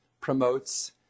promotes